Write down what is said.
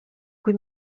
kui